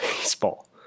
baseball